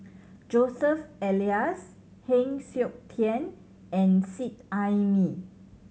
Joseph Elias Heng Siok Tian and Seet Ai Mee